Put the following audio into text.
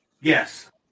Yes